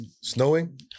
snowing